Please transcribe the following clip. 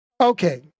Okay